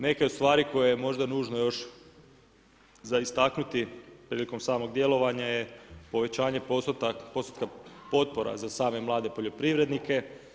Neke od stvari koje je možda nužno još za istaknuta prilikom samog djelovanja je povećanje postotka potpora za same mlade poljoprivrednike.